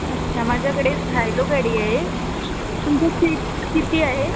अच्छा माझ्याकडे झायलो गाडी आहे तुमच्या सीट किती आहे